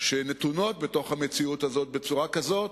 שנתונות בתוך המציאות הזאת בצורה כזאת